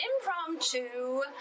impromptu